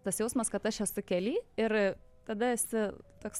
tas jausmas kad aš esu kely ir tada esi toks